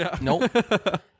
Nope